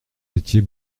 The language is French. étiez